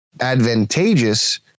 advantageous